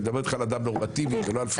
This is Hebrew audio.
אני מדבר איתך על אדם נורמטיבי ולא על פריק.